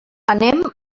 anem